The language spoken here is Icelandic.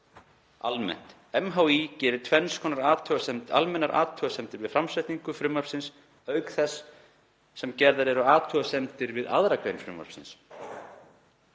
Almennt MHÍ gerir tvennskonar almennar athugasemdir við framsetningu frumvarpsins auk þess sem gerðar eru athugasemdir við 2. gr. frumvarpsins.